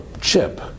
chip